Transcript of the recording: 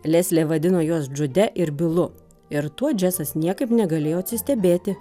leslė vadino juos džude ir bilu ir tuo džesas niekaip negalėjo atsistebėti